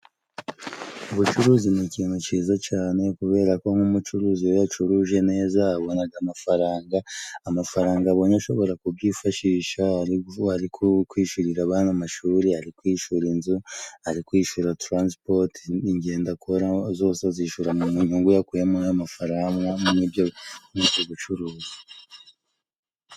Ubucuruzi ni ikintu ciza cane kubera ko nk'umucuruzi yacuruje neza abonaga amafaranga. Amafaranga abonye ashobora kugifashisha ariko kwishurira abana amashuri, ari kwishura inzu, ari kwishura taransipoti, ingendo akora zose azishura mu nyungu yakuye mw'ayo mafaranga muri uko gucuruza.